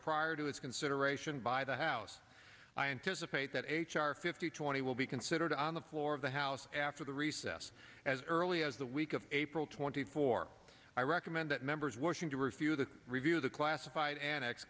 prior to its consideration by the house i anticipate that h r fifty twenty will be considered on the floor of the house after the recess as early as the week of april twenty four i recommend that members wishing to refute the review of the classified annex